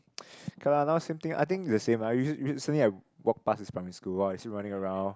okay lah now same thing I think the same lah usua~ recently I walked past this primary school [wah] still running around